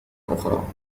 أخرى